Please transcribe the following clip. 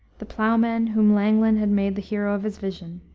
the plowman whom langland had made the hero of his vision.